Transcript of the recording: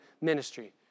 ministry